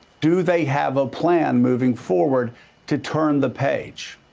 do they have a plan moving forward to turn the page?